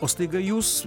o staiga jūs